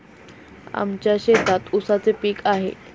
आमच्या शेतात ऊसाचे पीक आहे